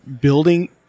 building